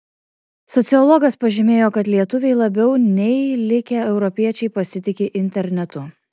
sociologas pažymėjo kad lietuviai labiau nei likę europiečiai pasitiki internetu